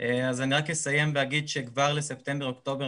אני רק אסיים ואגיד שכבר לספטמבר-אוקטובר